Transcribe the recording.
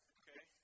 okay